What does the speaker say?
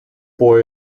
boy